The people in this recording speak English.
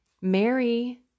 Mary